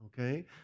okay